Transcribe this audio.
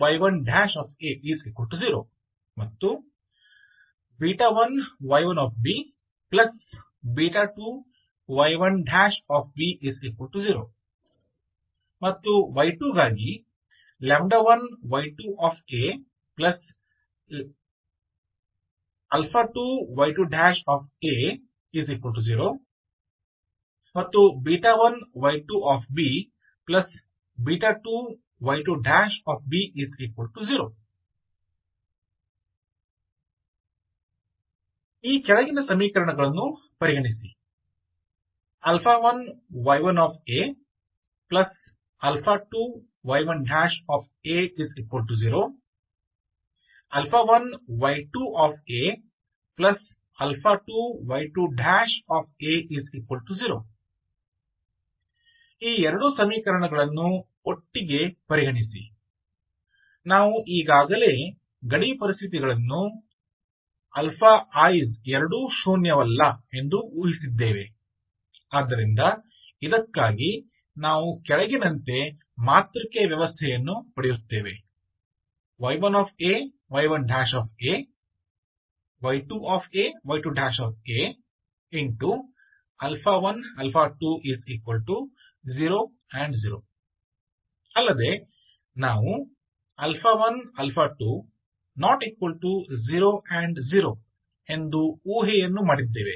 for y1x1y1 a 2y1 a0 ಮತ್ತು 1y1b 2y1 b0 for y2x1y2 a 2y2 a0 ಮತ್ತು 1y2b 2y2 b0 ಈ ಕೆಳಗಿನ ಸಮೀಕರಣಗಳನ್ನು ಪರಿಗಣಿಸಿ 1y1 a 2y1 a0 1y2 a 2y2 a0 ಈ ಎರಡು ಸಮೀಕರಣಗಳನ್ನು ಒಟ್ಟಿಗೆ ಪರಿಗಣಿಸಿ ನಾವು ಈಗಾಗಲೇ ಗಡಿ ಪರಿಸ್ಥಿತಿಗಳಲ್ಲಿ is ಎರಡೂ ಶೂನ್ಯವಲ್ಲ ಎಂದು ಊಹಿಸಿದ್ದೇವೆ ಆದ್ದರಿಂದ ಇದಕ್ಕಾಗಿ ನಾವು ಕೆಳಗಿನಂತೆ ಮಾತೃಕೆ ವ್ಯವಸ್ಥೆಯನ್ನು ಪಡೆಯುತ್ತೇವೆ ಅಲ್ಲದೆ ನಾವು ಎಂದು ಊಹೆಯನ್ನು ಮಾಡಿದ್ದೇವೆ